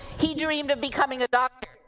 he dreamed of becoming a doctor,